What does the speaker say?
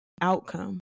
outcome